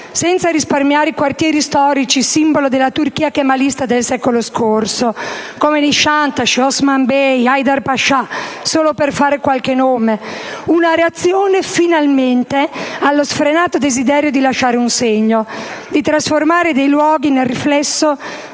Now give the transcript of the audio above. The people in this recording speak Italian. senza risparmiare quartieri storici simbolo della Turchia kemalista del secolo scorso, come Nisantasi, Osman Bey, Haydarpasa solo per fare qualche nome. Una reazione, finalmente, allo sfrenato desiderio di lasciare un segno, di trasformare dei luoghi nel riflesso